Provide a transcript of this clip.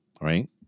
right